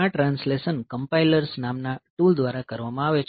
આ translation compilers નામના tool દ્વારા કરવામાં આવે છે